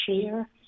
share